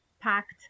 packed